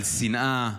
על שנאה,